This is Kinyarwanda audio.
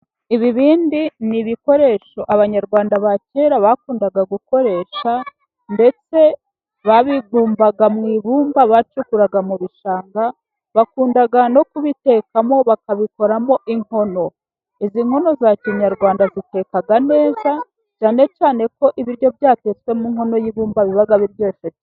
Ibibindi ni ibikoresho abanyarwanda, ba kera bakundaga gukoresha ndetse babibumbambaga mu ibumba, bacukuraga mu bishanga, bakundaga no kubitekamo, bakabikoramo inkono. Izi nkono za kinyarwanda ziteka neza, cyane cyane ko ibiryo byatetswe, mu nkono y'ibumba, biba biryoshe.